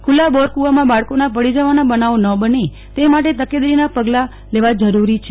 ખુલ્લા બોર કુવામાં બાળકીના પડી જવાના બનાવો ન બને ત માટે તકેદારીના પગલા લેવા જરૂરી છે